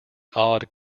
odd